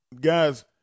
Guys